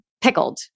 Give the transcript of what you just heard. pickled